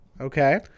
okay